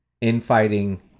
infighting